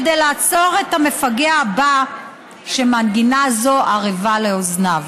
כדי לעצור את המפגע הבא שמנגינה זו ערבה לאוזניו.